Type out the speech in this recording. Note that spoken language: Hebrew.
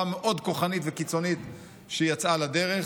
המאוד כוחנית וקיצונית שבה היא יצאה לדרך.